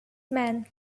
man